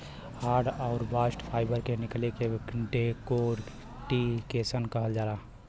hurd आउर bast fibre के निकले के डेकोर्टिकेशन कहल जाला